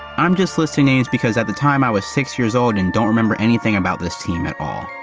i'm just listing names because at the time i was six years old and don't remember anything about this team at all.